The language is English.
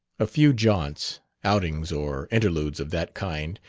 a few jaunts, outings or interludes of that kind,